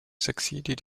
succeeded